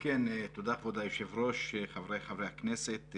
כן, תודה כבוד היושב ראש, חבריי חברי הכנסת.